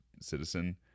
citizen